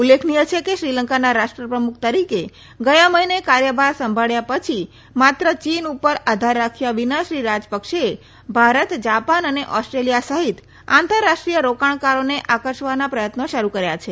ઉલ્લેખનીય છે કે શ્રીલંકાના રાષ્ટ્રપ્રમુખ તરીકે ગયા મહિને કાર્યભાર સંભાળ્યા પછી માત્ર ચીન ઉપર આધાર રાખ્યા વિના શ્રી રાજપકસેએ ભારત જાપાન અને ઓસ્ટ્રેલિયા સહિત આંતરરાષ્ટ્રીય રોકાણકારોને આકર્ષવાના પ્રયત્નો શરૂ કર્યા છે